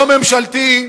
לא ממשלתי,